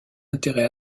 intérêt